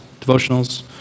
devotionals